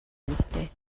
хэрэгтэй